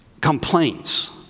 complaints